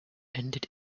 ended